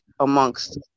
amongst